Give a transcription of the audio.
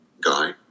guy